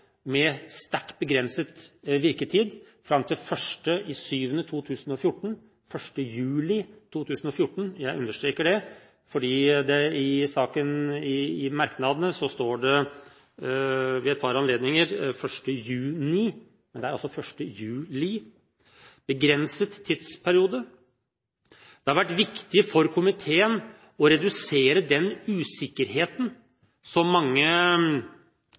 med en sterkt begrenset virketid fram til 1. juli 2014 – jeg understreker 1. juli 2014 – altså fordi det i merknadene ved et par anledninger står 1. juni. Det er altså 1. juli, altså en begrenset tidsperiode. Det har vært viktig for komiteen å redusere den usikkerheten som mange,